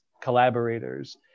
collaborators